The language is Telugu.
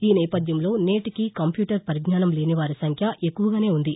ఈ నేపథ్యంలో నేటికి కంప్యూటర్ పరిజ్ఞాసం లేనివారి సంఖ్య ఎక్కువుగానే ఉంది